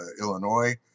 Illinois